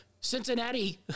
Cincinnati